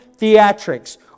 theatrics